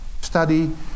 Study